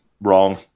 Wrong